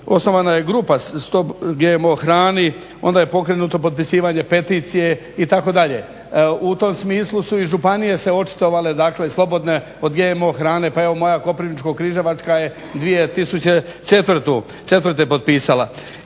osnovana je grupa "Stop GMO hrani", onda je pokrenuto potpisivanje peticije itd. U tom smislu su i županije se očitovale dakle slobodne od GMO hrane, pa evo moja Koprivničko-križevačka je 2004. potpisala